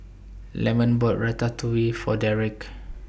Lemon bought Ratatouille For Dereck